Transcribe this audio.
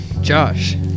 Josh